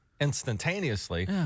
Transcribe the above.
instantaneously